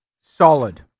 solid